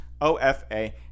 OFA